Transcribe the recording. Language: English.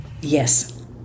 Yes